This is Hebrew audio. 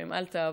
שהם אל תעבור,